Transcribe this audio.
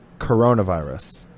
coronavirus